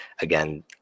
again